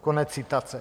Konec citace.